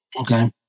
Okay